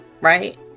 right